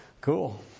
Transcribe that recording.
cool